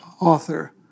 author